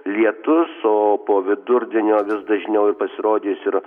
lietus o po vidurdienio vis dažniau ir pasirodys ir